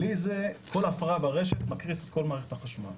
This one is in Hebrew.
בלי זה כל הפרעה ברשת מקריס את כל מערכת החשמל.